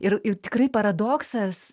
ir ir tikrai paradoksas